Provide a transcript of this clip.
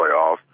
playoffs